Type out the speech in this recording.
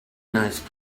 nice